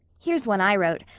here's one i wrote.